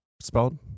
spelled